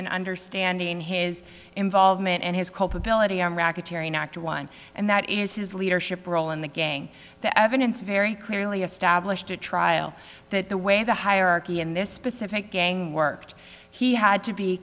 in understanding his involvement and his culpability on racketeering act one and that is his leadership role in the gang the evidence very clearly established at trial that the way the hierarchy and this specific gang worked he had to be